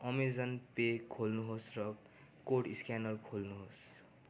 Amazon pay खोल्नु होस् र कोड स्क्यानर खोल्नु होस्